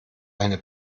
eine